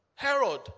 Herod